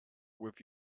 with